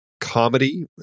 comedy